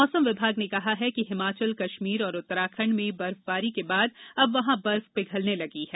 मौसम विभाग ने कहा है कि हिमाचल कश्मीर और उत्तराखंड में बर्फबारी के बाद अब वहां बर्फ पिघलने लगी है